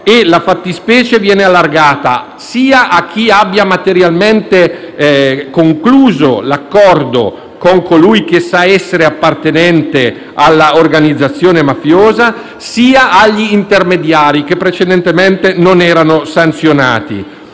la fattispecie sia a chi abbia materialmente concluso l'accordo con colui che sa essere appartenente alla organizzazione mafiosa, sia agli intermediari che precedentemente non erano sanzionati.